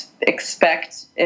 expect